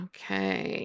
Okay